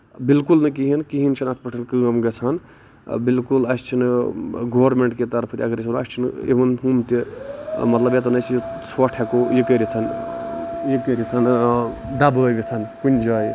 بِلکُل نہٕ کِہینۍ کہیٖنۍ چھنہٕ اَتھ پٮ۪ٹھ کٲم گژھان بِلکُل اَسہِ چھُنہٕ گورمینٹ کہِ طرفہٕ تہِ اَگر أسۍ ونو اسہِ چھِنہٕ اوٕن ہُم تہِ مطلب یَتھ زَن أسۍ یہِ ژوٚٹھ ہٮ۪کو یہِ کٔرِتھ یہِ کٔرِتھ دَبٲوِتھ کُنہِ جایہِ